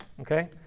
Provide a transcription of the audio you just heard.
Okay